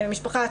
שם משפחה,